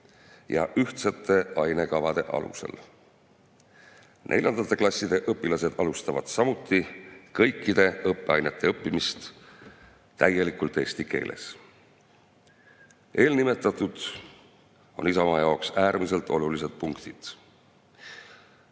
ja ühtsete ainekavade alusel. Neljandate klasside õpilased alustavad samuti kõikide õppeainete õppimist täielikult eesti keeles. Eelnimetatud on Isamaa jaoks äärmiselt olulised punktid.